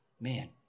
man